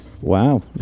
Wow